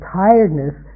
tiredness